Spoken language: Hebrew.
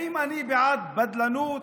האם אני בעד בדלנות?